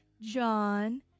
John